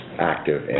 active